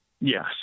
yes